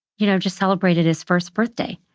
you know, just celebrated his first birthday.